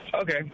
Okay